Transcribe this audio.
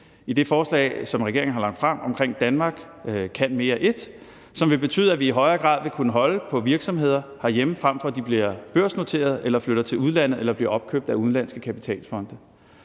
i det forslag, som regeringen har lagt frem i forbindelse med »Danmark kan mere I«, som vil betyde, at vi i højere grad vil kunne holde på virksomheder herhjemme, frem for at de bliver børsnoterede eller flytter til udlandet eller bliver opkøbt af udenlandske kapitalfonde.